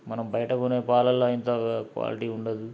మనం బయట కొనే పాలల్లో ఇంత క్వాలిటీ ఉండదు